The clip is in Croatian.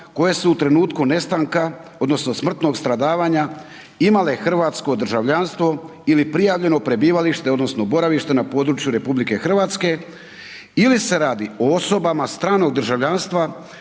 koje su u trenutku nestanka odnosno smrtnog stradavanja imale hrvatsko državljanstvo ili prijavljeno prebivalište odnosno boravište na području RH ili se radi o osobama stranog državljanstva